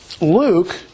Luke